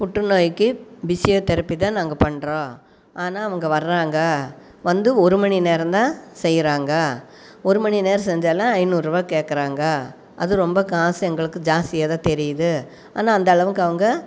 புற்றுநோய்க்கு பிசியோதெரபிதான் நாங்கள் பண்ணுறோம் ஆனால் அவங்க வராங்க வந்து ஒரு மணி நேரம்தான் செய்யிறாங்க ஒரு மணி நேரம் செஞ்சாலும் ஐநூறுபா கேக்குறாங்க அது ரொம்ப காசு எங்களுக்கு ஜாஸ்தியாதான் தெரியுது ஆனால் அந்தளவுக்கு அவங்க